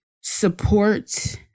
support